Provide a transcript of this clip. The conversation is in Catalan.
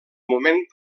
moment